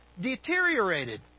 deteriorated